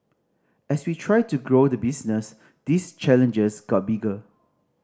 as we tried to grow the business these challenges got bigger